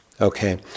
Okay